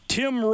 tim